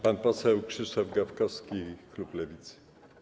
Pan poseł Krzysztof Gawkowski, klub Lewicy.